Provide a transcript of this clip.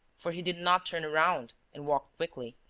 for he did not turn round and walked quickly,